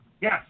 Yes